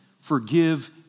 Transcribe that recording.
forgive